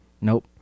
Nope